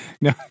No